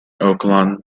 oaklawn